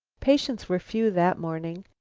patients were few that morning.